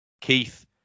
Keith